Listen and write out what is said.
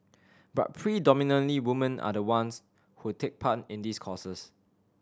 but predominantly women are the ones who take part in these courses